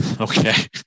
Okay